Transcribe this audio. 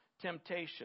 temptation